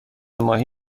ماهی